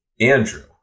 Andrew